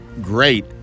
great